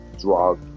drug